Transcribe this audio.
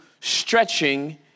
stretching